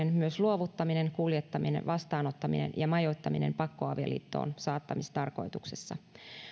myös luovuttaminen kuljettaminen vastaanottaminen ja majoittaminen pakkoavioliittoon saattamistarkoituksessa